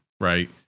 right